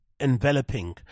enveloping